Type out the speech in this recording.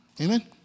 Amen